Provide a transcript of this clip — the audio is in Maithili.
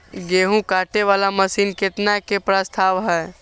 गेहूँ काटे वाला मशीन केतना के प्रस्ताव हय?